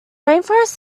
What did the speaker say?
rainforests